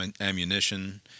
ammunition